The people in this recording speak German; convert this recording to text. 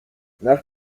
nach